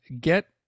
get